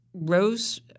Rose